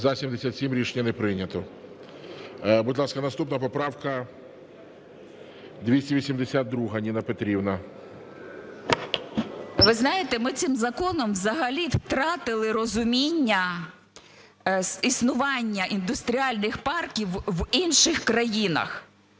За-77 Рішення не прийнято. Будь ласка, наступна поправка 282. Ніна Петрівна. 12:52:47 ЮЖАНІНА Н.П. Ви знаєте, ми цим законом взагалі втратили розуміння існування індустріальних парків в інших країнах.